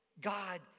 God